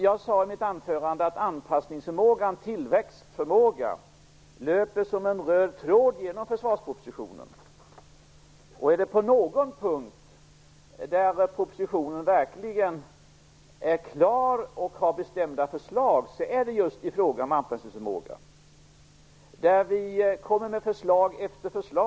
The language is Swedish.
Jag sade i mitt anförande att anpassningsförmågan, tillväxtförmågan, löper som en röd tråd genom försvarspropositionen. Finns det någon punkt där propositionen verkligen är klar och har bestämda förslag är det just i fråga om anpassningsförmågan. Där kommer vi med förslag efter förslag.